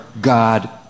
God